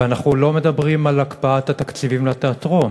ואנחנו לא מדברים על הקפאת התקציבים לתיאטרון,